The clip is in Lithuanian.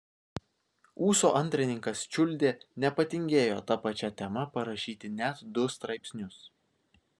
ūso antrininkas čiuldė nepatingėjo ta pačia tema parašyti net du straipsnius